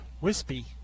Wispy